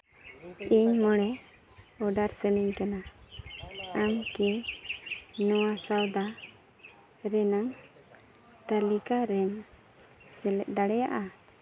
ᱤᱧ ᱢᱚᱬᱮ ᱚᱰᱟᱨ ᱥᱟᱱᱟᱧ ᱠᱟᱱᱟ ᱟᱢ ᱠᱤ ᱱᱚᱣᱟ ᱥᱚᱣᱫᱟ ᱨᱮᱱᱟᱜ ᱛᱟᱹᱞᱤᱠᱟ ᱨᱮᱢ ᱥᱮᱞᱮᱫ ᱫᱟᱲᱮᱭᱟᱜᱼᱟ